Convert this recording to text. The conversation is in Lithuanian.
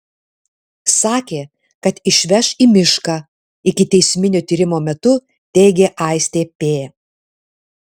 sakė kad išveš į mišką ikiteisminio tyrimo metu teigė aistė p